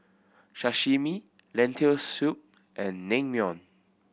Sashimi Lentil Soup and Naengmyeon